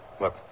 Look